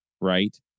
right